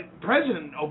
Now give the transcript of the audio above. President